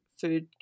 food